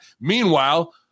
Meanwhile